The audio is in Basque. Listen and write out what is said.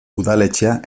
udaletxea